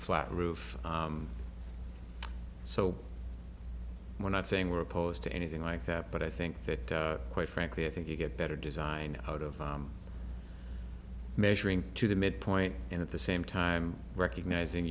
flat roof so we're not saying we're opposed to anything like that but i think that quite frankly i think you get better design out of measuring to the midpoint and at the same time recognizing